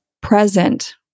present